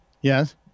Yes